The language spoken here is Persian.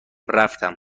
رفتم